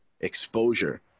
exposure